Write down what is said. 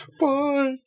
Bye